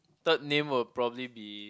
third name will probably be